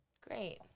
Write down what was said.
Great